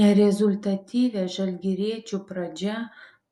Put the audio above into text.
nerezultatyvia žalgiriečių pradžia